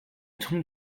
south